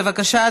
בבקשה,